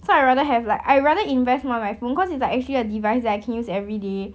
so I rather have like I rather invest more in my phone because it's like actually a device that I can use everyday